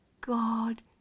God